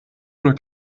oder